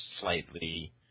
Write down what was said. slightly